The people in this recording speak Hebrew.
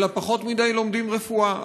אלא פחות מדי לומדים רפואה.